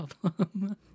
problem